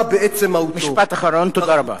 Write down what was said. בתוספת הורוביץ.